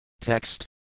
Text